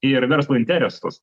ir verslo interesus